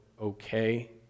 okay